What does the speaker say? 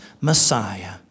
Messiah